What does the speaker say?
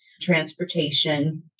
transportation